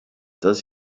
does